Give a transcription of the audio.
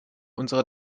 unsere